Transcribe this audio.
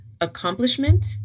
accomplishment